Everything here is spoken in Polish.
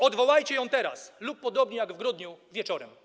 Odwołajcie ją teraz lub, podobnie jak w grudniu, wieczorem.